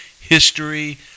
history